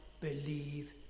believe